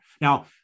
Now